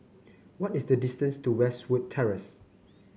what is the distance to Westwood Terrace